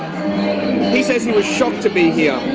he says he was shocked to be here,